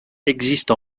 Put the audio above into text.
existe